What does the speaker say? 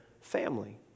family